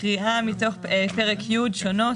מקריאה מתוך פרק י': שונות.